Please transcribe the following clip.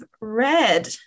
read